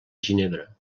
ginebra